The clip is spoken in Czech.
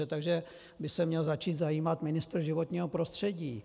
Takže by se měl začít zajímat ministr životního prostředí.